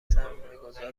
سرمایهگذار